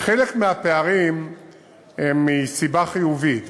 חלק מהפערים הם מסיבה חיובית,